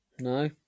No